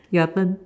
your turn mm